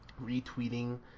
retweeting